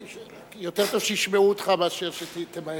יותר טוב שישמעו אותך מאשר תמהר.